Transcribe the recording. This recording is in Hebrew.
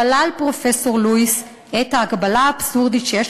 שלל פרופסור לואיס את ההקבלה האבסורדית שיש